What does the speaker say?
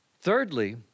Thirdly